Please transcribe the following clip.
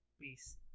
peace